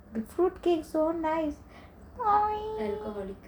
fruitcake so nice